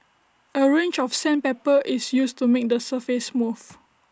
A range of sandpaper is used to make the surface smooth